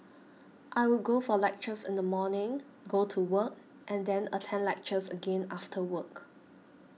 I'll go for lectures in the morning go to work and then attend lectures again after work